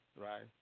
Right